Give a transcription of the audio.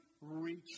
reach